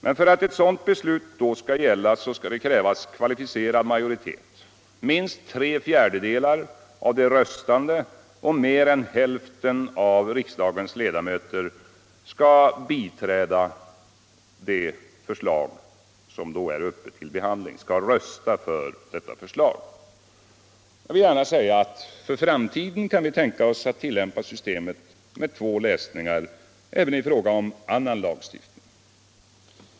Men för att ett sådant beslut skall vara giltigt skall det då krävas kvalificerad majoritet. Minst tre fjärdedelar av de röstande och mer än hälften av riksdagens ledamöter skall rösta för det förslag som då är uppe till behandling. För framtiden kan vi tänka oss att tillämpa systemet med två läsningar även i fråga om annan lagstiftning.